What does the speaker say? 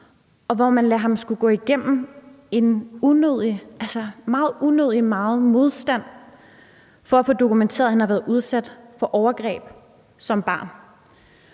og hvor man lader ham skulle gå igennem unødig meget modstand for at kunne dokumentere, at han har været udsat for overgreb som barn.